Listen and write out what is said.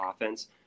offense